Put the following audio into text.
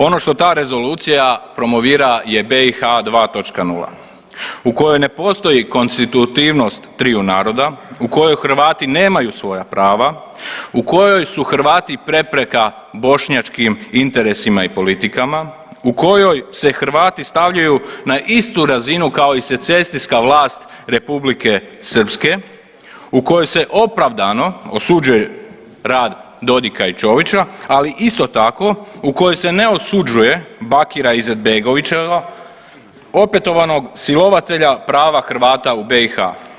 Ono što ta rezolucija promovira je BiH 2.0 u kojoj ne postoji konstitutivnost triju naroda, u kojoj Hrvati nemaju svoja prava, u kojoj su Hrvati prepreka bošnjačkim interesima i politikama, u kojoj se Hrvati stavljaju na istu razinu kao i secesijska vlast Republike Srpske, u kojoj se opravdano osuđuje rad Dodika i Čovića, ali isto tako u kojoj se ne osuđuje Bakira Izetbegovića, opetovanog silovatelja prava Hrvata u BiH.